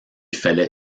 fallait